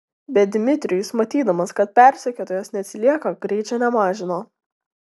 bet dmitrijus matydamas kad persekiotojas neatsilieka greičio nemažino